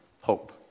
hope